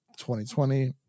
2020